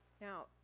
Now